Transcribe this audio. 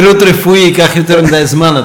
פירוט רפואי ייקח יותר מדי זמן.